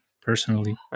personally